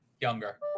younger